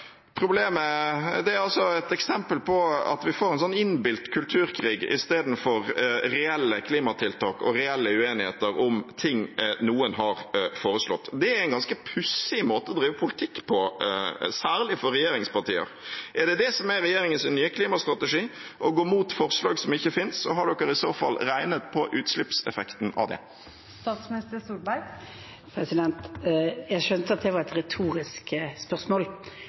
Det er et eksempel på at vi får en sånn innbilt kulturkrig istedenfor reelle klimatiltak og reelle uenigheter om ting noen har foreslått. Det er en ganske pussig måte å drive politikk på, særlig for regjeringspartier. Er det det som er regjeringens nye klimastrategi, å gå mot forslag som ikke fins? Og har dere i så fall regnet på utslippseffekten av det? Jeg skjønte at det var et retorisk spørsmål,